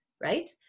right